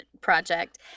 project